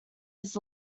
his